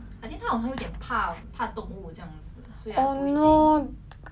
oh no animals are so cute